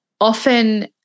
Often